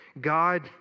God